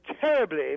terribly